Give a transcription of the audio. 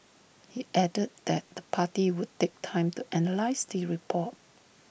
he added that the party would take time to analyse the report